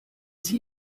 sie